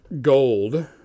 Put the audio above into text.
gold